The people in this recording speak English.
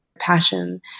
passion